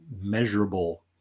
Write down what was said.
measurable